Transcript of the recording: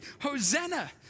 Hosanna